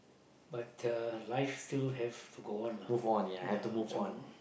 but uh life still have to go on lah yeah so